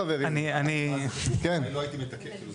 חברים --- לא הייתי מתקן את זה.